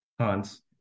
Hans